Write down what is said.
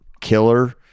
killer